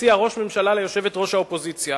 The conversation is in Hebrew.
מציע ראש ממשלה ליושבת-ראש האופוזיציה